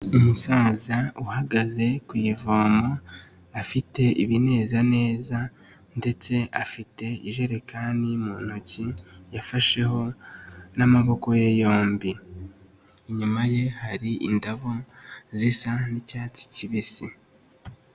Umusaza uhagaze ku ivomo, afite ibinezaneza, ndetse afite ijerekani mu ntoki, yafasheho n'amaboko ye yombi. Inyuma ye hari indabo zisa'icyatsi kibisi.